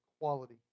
quality